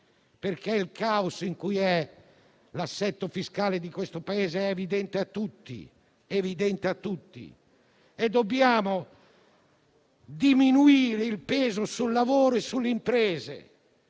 perché il caos in cui è l'assetto fiscale del Paese è evidente a tutti e dobbiamo diminuire il peso sul lavoro e sulle imprese